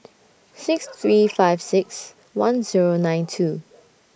six three five six one Zero nine two